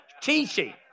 teaching